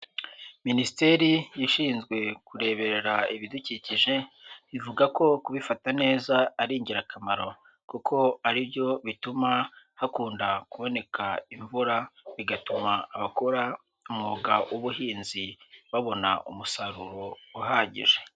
Minisiteri ishinzwe kureberera ibidukikije ivuga ko kubifata neza ari ingirakamaro. Kuko ari byo bituma hakunda kuboneka imvura, bigatuma abakora umwuga w'ubuhinzi babona umusaruro uhagije.